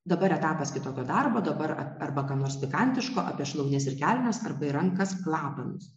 dabar etapas kitokio darbo dabar arba ką nors pikantiško apie šlaunis ir kelnes arba ir rankas klapanus